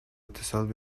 اتصال